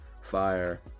fire